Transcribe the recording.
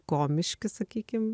komiški sakykim